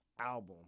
album